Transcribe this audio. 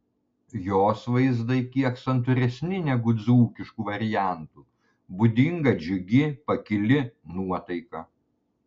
jos vaizdai kiek santūresni negu dzūkiškų variantų būdinga džiugi pakili nuotaika